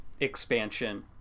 expansion